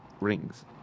rings